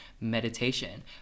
meditation